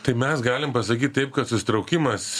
tai mes galim pasakyt taip kad susitraukimas